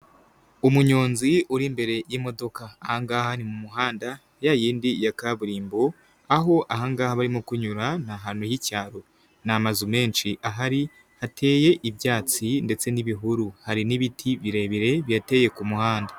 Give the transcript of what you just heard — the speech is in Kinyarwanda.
Umunyonzi uri imbere y'imodoka aha ngaha ni mu muhanda ya yindi ya kaburimbo, aho aha ngaha barimo kunyura ni ahantu h'icyaro ni'amazu menshi ahari, hateye ibyatsi ndetse n'ibihuru hari n'ibiti birebire bihateye ku muhanda.